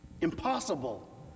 Impossible